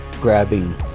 grabbing